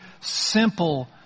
simple